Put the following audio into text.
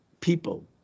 people